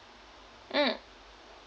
mm